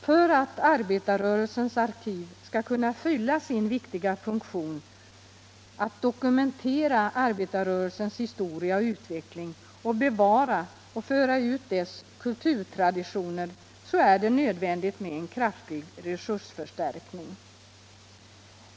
För att arbetarrörelsens arkiv skall kunna fylla sin viktiga funktion, att dokumentera arbetarrörelsens histora och utveckling och bevara och föra ut dess kulturtraditioner, är det nödvändigt med en kraftig resursförstärkning.